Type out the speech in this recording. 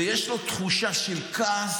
ויש לו תחושה של כעס